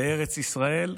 בארץ ישראל,